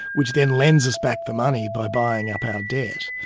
which then lends us back the money by buying up our debt.